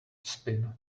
spin